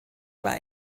war